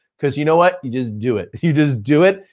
cause you know what? you just do it, you just do it.